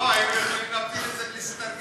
לא, היינו יכולים להפיל את זה בלי שתרגיש.